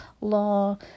law